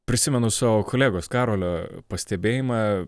prisimenu savo kolegos karolio pastebėjimą